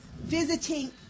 visiting